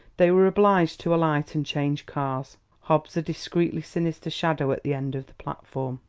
they were obliged to alight and change cars hobbs a discreetly sinister shadow at the end of the platform.